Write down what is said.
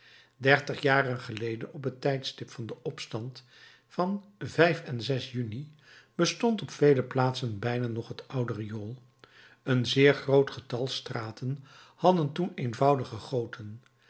dertig jaren geleden op het tijdstip van den opstand van en juni bestond op vele plaatsen bijna nog het oude riool een zeer groot getal straten hadden toen eenvoudige goten